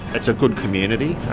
it's a good community,